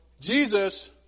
Jesus